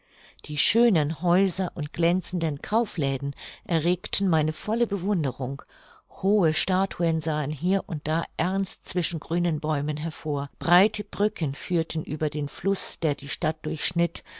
die schönen häuser und glänzenden kaufläden erregten meine volle bewunderung hohe statuen sahen hier und da ernst zwischen grünen bäumen hervor breite brücken führten über den fluß der die stadt durchschnitt